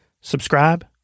subscribe